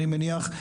אני מניח,